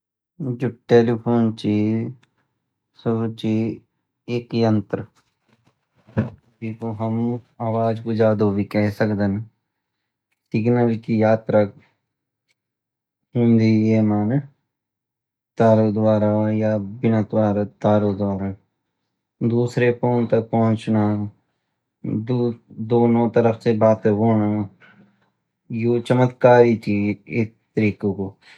जो टेलीफोन ची सूचि एक यंत्र येकु हम आवाज का जादू बी ही कहे सक्दैन सिग्नल की यात्रा हुंदी येमा तारो द्वारा या बिना तारो द्वारा दूसरे फ़ोन तक पहोचना दोनों तरफ साई बाटे होण यु चमत्कारी चीज़ एक तरीका कु